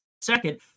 second